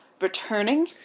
returning